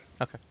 okay